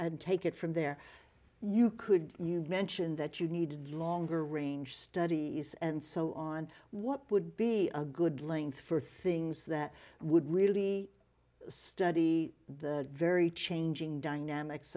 and take it from there you could you mentioned but you need longer range studies and so on what would be a good length for things that would really study the very changing dynamics